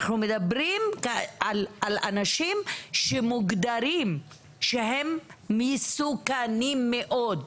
אנחנו מדברים על אנשים שמוגדרים שהם מסוכנים מאוד.